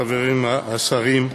חברים, השרים,